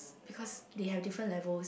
because they have different levels